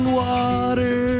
water